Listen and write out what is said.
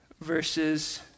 verses